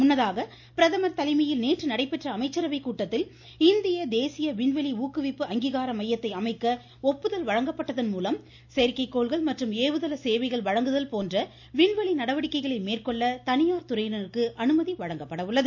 முன்னதாக பிரதமர் தலைமையில் நேற்று நடைபெற்ற அமைச்சரவை கூட்டத்தில் இந்திய தேசிய விண்வெளி ஊக்குவிப்பு அங்கீகாரம் மையத்தை அமைக்க ஒப்புதல் வழங்கப்பட்டதன் மூலம் செயற்கை கோள்கள் மற்றும் ஏவுதள சேவைகள் வழங்குதல் போன்ற விண்வெளி நடவடிக்கைகளை மேற்கொள்ள தனியார் துறையினருக்கு அனுமதி வழங்கப்பட உள்ளது